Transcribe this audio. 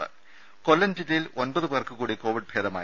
രുര കൊല്ലം ജില്ലയിൽ ഒൻപത് പേർക്ക് കൂടി കോവിഡ് ഭേദമായി